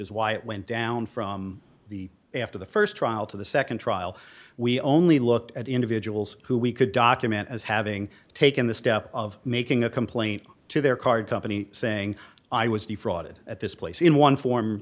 is why it went down from the after the st trial to the nd trial we only looked at individuals who we could document as having taken the step of making a complaint to their card company saying i was defrauded at this place in one form